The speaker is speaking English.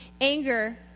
anger